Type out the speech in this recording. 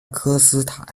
科斯塔